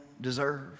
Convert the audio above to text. deserve